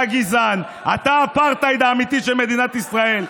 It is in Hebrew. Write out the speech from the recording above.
אתה גזען, אתה האפרטהייד האמיתי של מדינת ישראל.